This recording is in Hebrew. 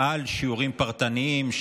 על שיעורים פרטניים,